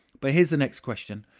but here's the next question.